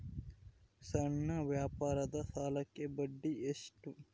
ಸಣ್ಣ ವ್ಯಾಪಾರದ ಸಾಲಕ್ಕೆ ಬಡ್ಡಿ ಎಷ್ಟು?